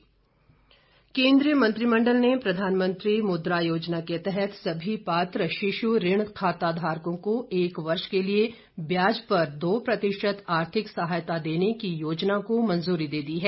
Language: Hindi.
ऋण केंद्रीय मंत्रिमंडल ने प्रधानमंत्री मुद्रा योजना के तहत सभी पात्र शिशु ऋण खाताधारकों को एक वर्ष के लिए ब्याज पर दो प्रतिशत आर्थिक सहायता देने की योजना को मंजूरी दे दी है